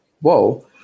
Whoa